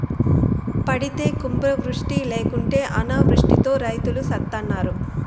పడితే కుంభవృష్టి లేకుంటే అనావృష్టితో రైతులు సత్తన్నారు